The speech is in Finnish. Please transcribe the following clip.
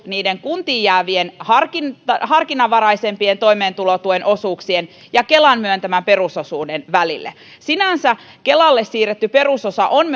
kuntiin jäävien harkinnanvaraisempien toimeentulotuen osuuksien ja kelan myöntämän perusosuuden välille sinänsä kelalle siirretty perusosa on